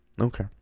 Okay